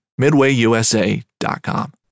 MidwayUSA.com